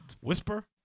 Whisper